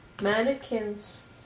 mannequins